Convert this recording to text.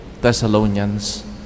Thessalonians